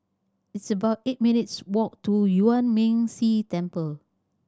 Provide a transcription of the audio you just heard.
it's about eight minutes' walk to Yuan Ming Si Temple